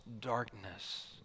darkness